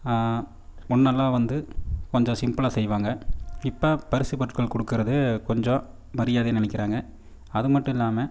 முன்னெல்லாம் வந்து கொஞ்சம் சிம்பிளா செய்வாங்க இப்போ பரிசு பொருட்கள் கொடுக்குறது கொஞ்சம் மரியாதையாக நினைக்கிறாங்க அது மட்டும் இல்லாமல்